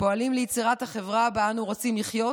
פועלים ליצירת החברה בה אנו רוצים לחיות